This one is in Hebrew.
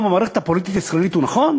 במערכת הפוליטית הישראלית הוא נכון?